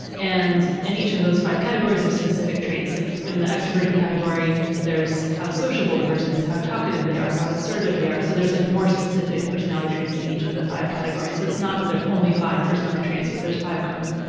and in each of those five categories there's specific traits. like in the extroversion category there's how sociable the person is, how talkative they are, how assertive they are, so there's like more specific personality traits in each of the five categories. it's not that there's only five personality traits, but there's five, kind of,